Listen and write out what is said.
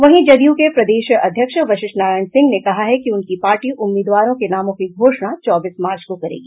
वहीं जदयू के प्रदेश अध्यक्ष वशिष्ठ नारायण सिंह ने कहा है कि उनकी पार्टी उम्मीदवारों के नामों की घोषणा चौबीस मार्च को करेगी